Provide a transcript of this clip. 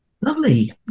Lovely